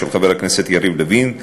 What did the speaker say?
של חבר הכנסת יריב לוין,